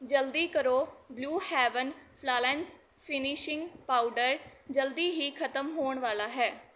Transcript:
ਜਲਦੀ ਕਰੋ Blue Heaven flawless finishing powder ਜਲਦੀ ਹੀ ਖ਼ਤਮ ਹੋਣ ਵਾਲਾ ਹੈ